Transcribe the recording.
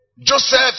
joseph